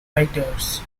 writers